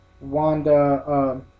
Wanda